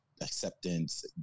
acceptance